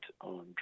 on